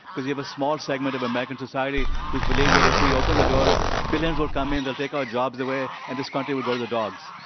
because you have a small segment of american society which believes that if we open the doors, billions will come in. they'll take our jobs away, and this country will go to the dogs.